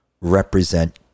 represent